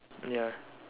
ya